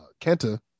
kenta